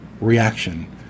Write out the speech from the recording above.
reaction